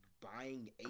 buying